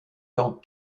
dans